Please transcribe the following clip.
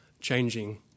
changing